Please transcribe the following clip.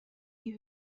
die